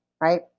right